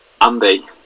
Andy